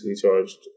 charged